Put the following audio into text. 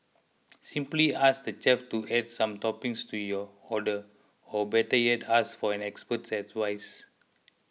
simply ask the chef to add some toppings to your order or better yet ask for an expert's advice